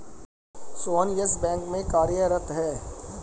Sohan Yes Bank में कार्यरत है